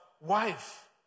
wife